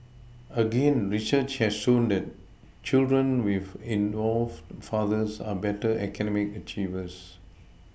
again research has shown that children with involved fathers are better academic achievers